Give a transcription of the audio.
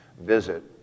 visit